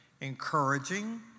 encouraging